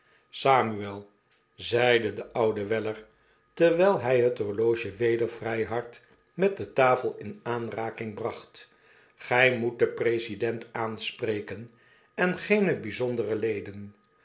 samueli zeide de oude weller terwylhy het horloge weder vry hard met de tafel in aanraking bracht gij moet den president aanspreken en geene byzondere leden